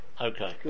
Okay